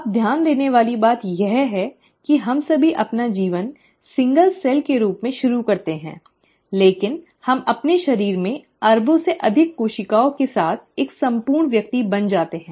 अब ध्यान देने वाली बात यह है कि हम सभी अपना जीवन एक ही कोशिका के रूप में शुरू करते हैं लेकिन हम अपने शरीर में अरबों से अधिक कोशिकाओं के साथ एक संपूर्ण व्यक्ति बन जाते हैं